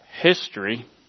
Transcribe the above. history